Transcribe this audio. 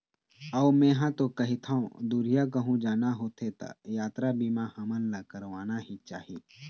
अऊ मेंहा तो कहिथँव दुरिहा कहूँ जाना होथे त यातरा बीमा हमन ला करवाना ही चाही